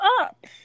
up